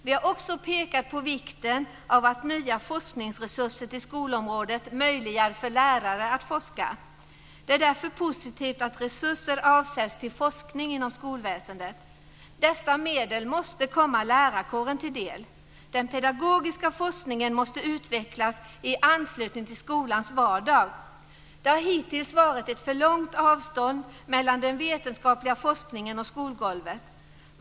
Vi har också pekat på vikten av att nya forskningsresurser till skolområdet möjliggör för lärare att forska. Det är därför positivt att resurser avsätts till forskning inom skolväsendet. Dessa medel måste komma lärarkåren till del. Den pedagogiska forskningen måste utvecklas i anslutning till skolans vardag. Det har hittills varit ett för långt avstånd mellan den vetenskapliga forskningen och skolgolvet.